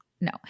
no